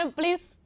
please